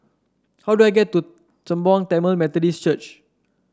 how do I get to Sembawang Tamil Methodist Church